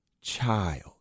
child